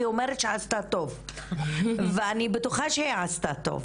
והיא אומרת שהיא עשתה טוב ואני בטוחה שהיא עשתה טוב,